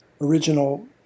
original